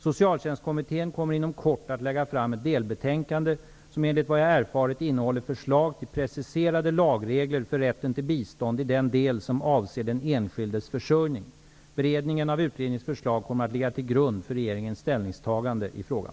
Socialtjänstkommittén kommer inom kort att lägga fram ett delbetänkande, som enligt vad jag erfarit, innehåller förslag till preciserade lagregler för rätten till bistånd i den del som avser den enskildes försörjning. Beredningen av utredningens förslag kommer att ligga till grund för regeringens ställningstagande i frågan.